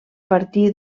partir